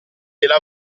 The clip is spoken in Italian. gliela